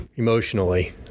Emotionally